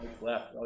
left